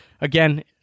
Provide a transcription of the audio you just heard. again